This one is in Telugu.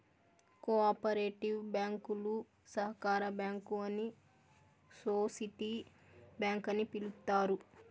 కో ఆపరేటివ్ బ్యాంకులు సహకార బ్యాంకు అని సోసిటీ బ్యాంక్ అని పిలుత్తారు